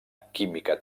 química